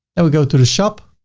and we go to the shop